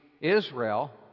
Israel